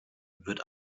wird